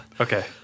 Okay